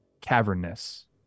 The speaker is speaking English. cavernous